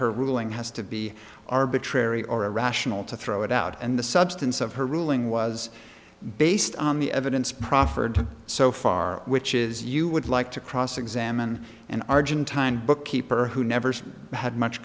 her ruling has to be arbitrary or irrational to throw it out and the substance of her ruling was based on the evidence proffered so far which is you would like to cross examine and arjen time bookkeeper who never had much